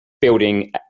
building